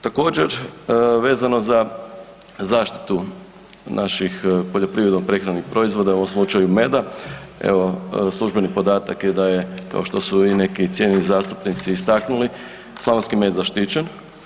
Također, vezano za zaštitu naših poljoprivredno prehrambenih proizvoda u ovom slučaju meda, evo službeni podatak je da je kao što su i neki cijenjeni zastupnici istaknuli, slavonski med zaštićen.